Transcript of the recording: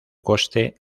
coste